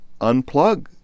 unplug